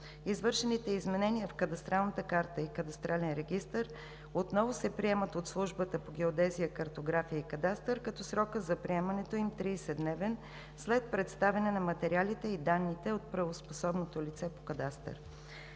Извършените изменения в кадастралната карта и кадастралния регистър отново се приемат от Службата по геодезия, картография и кадастър, като срокът за приемането им е 30-дневен след представяне на материалите и данните от правоспособното лице по кадастър.